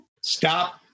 Stop